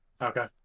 Okay